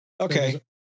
Okay